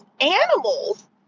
animals